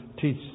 teach